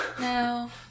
No